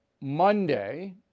Monday